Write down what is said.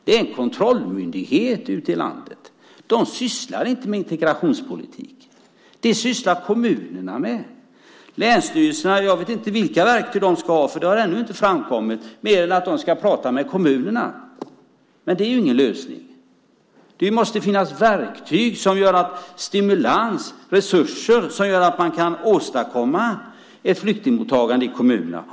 Det är en kontrollmyndighet ute i landet. De sysslar inte med integrationspolitik. Det sysslar kommunerna med. Jag vet inte vilka verktyg länsstyrelserna ska ha. Det har ännu inte framkommit något annat än att de ska prata med kommunerna, men det är ju ingen lösning. Det måste finnas verktyg, stimulans och resurser som gör att man kan åstadkomma ett flyktingmottagande i kommunerna.